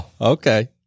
okay